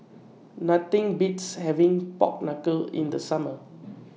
Nothing Beats having Pork Knuckle in The Summer